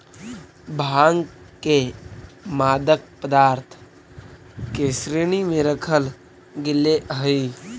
भाँग के मादक पदार्थ के श्रेणी में रखल गेले हइ